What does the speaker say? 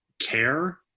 care